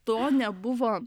to nebuvo